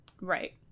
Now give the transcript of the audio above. Right